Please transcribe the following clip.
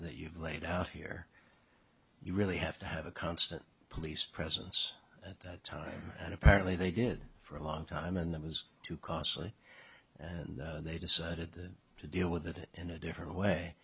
that you've laid out here you really have to have a constant police presence at that time and apparently they did for a long time and it was too costly and they decided to deal with it in a different way